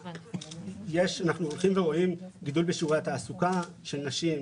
אנחנו רואים גידול שיעור התעסוקה של נשים,